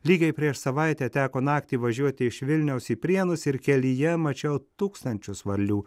lygiai prieš savaitę teko naktį važiuoti iš vilniaus į prienus ir kelyje mačiau tūkstančius varlių